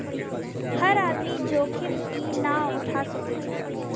हर आदमी जोखिम ई ना उठा सकेला